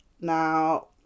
Now